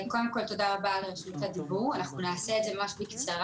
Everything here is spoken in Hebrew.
תודה רבה על רשות הדיבור, נעשה את זה בקצרה.